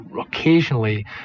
occasionally